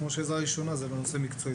כמו שעזרה ראשונה היא לא נושא מקצועי.